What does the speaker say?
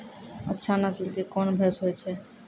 अच्छा नस्ल के कोन भैंस होय छै?